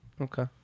Okay